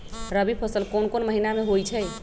रबी फसल कोंन कोंन महिना में होइ छइ?